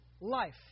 life